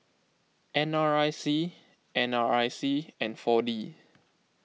N R I C N R I C and four D